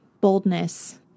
boldness